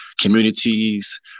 communities